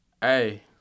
Hey